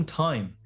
time